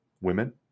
women